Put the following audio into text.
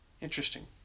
interesting